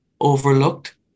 overlooked